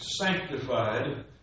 sanctified